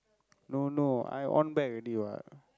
no no I on back already what